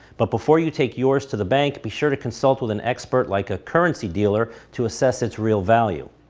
but before you take yours to the bank, be sure to consult with an expert like a currency dealer to assess its real value.